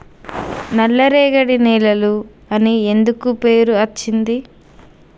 నల్లరేగడి నేలలు అని ఎందుకు పేరు అచ్చింది?